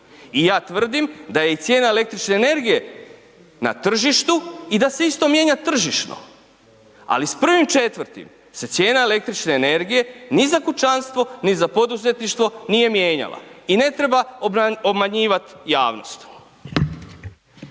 i ja tvrdim daje i cijena električne energije na tržištu i da isto mijenja tržišno ali s 1. 4. se cijena električne energije ni za kućanstvo ni za poduzetništvo nije mijenjala i ne treba obmanjivat javnost.